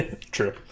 True